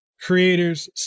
creators